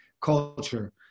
culture